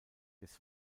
des